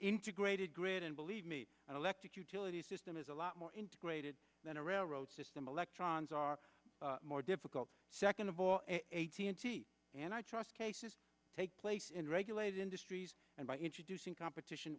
integrated grid and believe me an electric utility system is a lot more integrated than a railroad system electrons are more difficult second of all a t n t and i trust cases take place in regulated industries and by introducing competition